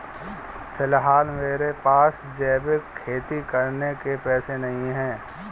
फिलहाल मेरे पास जैविक खेती करने के पैसे नहीं हैं